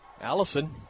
Allison